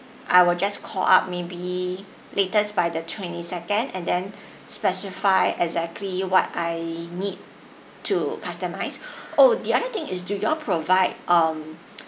I will just call up maybe latest by the twenty second and then specify exactly what I need to customise oh the other thing is do you all provide um